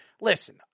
listen